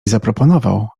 zaproponował